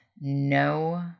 no